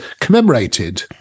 commemorated